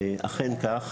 אכן כך.